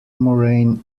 moraine